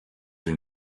une